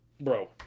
Bro